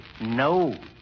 no